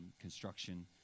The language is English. construction